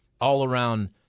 all-around